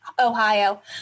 Ohio